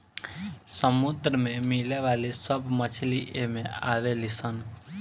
समुंदर में मिले वाली सब मछली एमे आवे ली सन